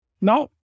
Now